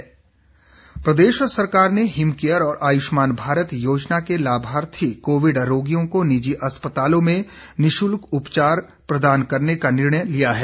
Covid समीक्षा प्रदेश सरकार ने हिमकेयर और आयुष्मान भारत योजना के लाभार्थी कोविड रोगियों को निजी अस्पतालों में निशुल्क उपचार प्रदान करने का निर्णय लिया है